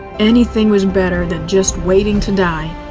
anything was better than just waiting to die.